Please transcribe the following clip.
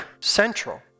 central